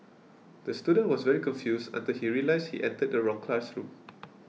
the student was very confused until he realised he entered the wrong classroom